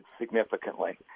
significantly